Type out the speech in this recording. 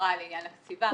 החמרה לעניין הקציבה,